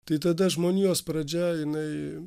tai tada žmonijos pradžia jinai